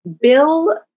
Bill